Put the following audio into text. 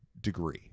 degree